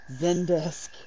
Zendesk